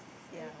okay